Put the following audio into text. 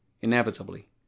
inevitably